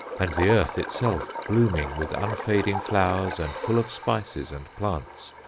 and the earth itself blooming with unfading flowers and full of spices and plants,